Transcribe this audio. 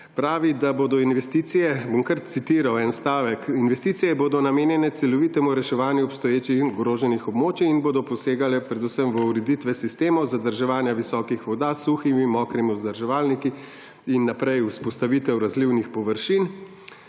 tega, pravi, bom kar citiral en stavek, »investicije bodo namenjene celovitemu reševanju obstoječih in ogroženih območij in bodo posegale predvsem v ureditve sistemov zadrževanja visokih voda s suhimi, mokrimi vzdrževalniki« in naprej »vzpostavitev razlivnih površin«,